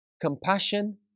Compassion